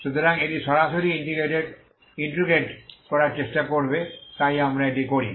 সুতরাং এটি সরাসরি ইন্টিগ্রেট করার চেষ্টা করবে তাই আমরা এটি করি